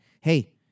Hey